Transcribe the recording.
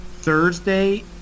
Thursday